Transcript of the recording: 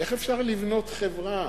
איך אפשר לבנות חברה